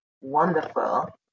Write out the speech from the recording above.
wonderful